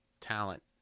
talent